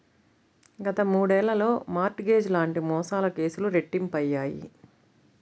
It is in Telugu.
గత మూడేళ్లలో మార్ట్ గేజ్ లాంటి మోసాల కేసులు రెట్టింపయ్యాయి